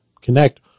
connect